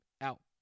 out